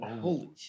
Holy